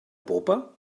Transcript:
popa